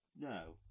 No